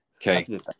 Okay